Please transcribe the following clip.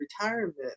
retirement